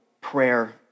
prayer